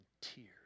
tears